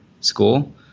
school